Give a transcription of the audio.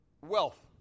wealth